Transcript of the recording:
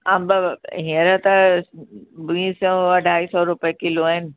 अंबु हींअर त ॿीं सौ अढाई सौ रुपए किलो आहिनि